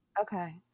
Okay